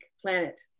Planet